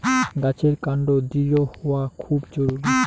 গাছের কান্ড দৃঢ় হওয়া খুব জরুরি